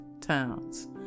towns